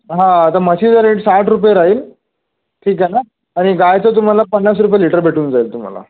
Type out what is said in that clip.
हां आता म्हशीचं रेट साठ रुपये राहील ठीक आहेना आणि गायीचं तुम्हाला पन्नास रुपये लिटर भेटून जाईल तुम्हाला